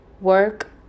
work